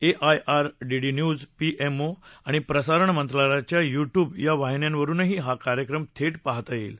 A I R DD news PMO आणि प्रसारण मंत्रालयाच्या यूट्यूब या वाहिन्यांवरुनही हा कार्यक्रम थेट पाहता येईल